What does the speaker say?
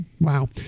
Wow